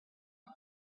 him